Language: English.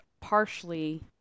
partially